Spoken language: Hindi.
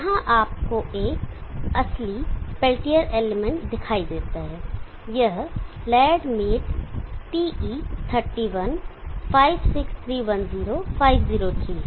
यहां आपको एक असली पेल्टियर एलिमेंट दिखाई देता है यह लैयरेड मेड TE31 56310 503 है